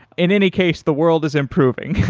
in any case, the world is improving.